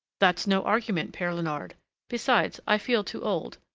that's no argument, pere leonard besides, i feel too old,